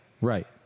Right